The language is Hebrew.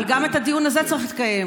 אבל גם את הדיון הזה צריך לקיים,